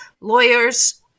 lawyers